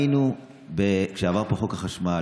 כשעבר פה חוק החשמל,